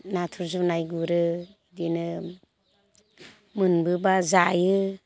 नाथुर जुनाइ गुरो बिदिनो मोनबोब्ला जायो